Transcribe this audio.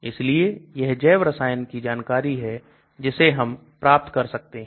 इसलिए यह जैव रसायन की जानकारी है जिसे हम प्राप्त कर सकते हैं